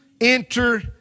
enter